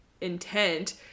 intent